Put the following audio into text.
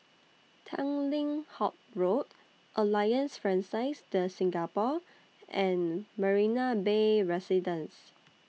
Tanglin Halt Road Alliance Francaise De Singapour and Marina Bay Residences